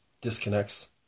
disconnects